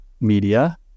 media